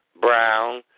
Brown